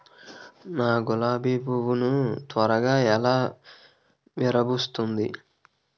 నా గులాబి పువ్వు ను త్వరగా ఎలా విరభుస్తుంది?